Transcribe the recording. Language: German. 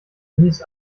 unis